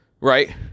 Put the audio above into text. right